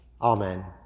Amen